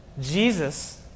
Jesus